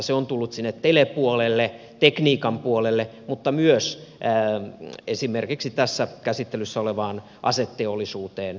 se on tullut sinne telepuolelle tekniikan puolelle mutta myös esimerkiksi tässä käsittelyssä olevaan aseteollisuuteen